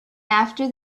after